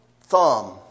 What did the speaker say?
thumb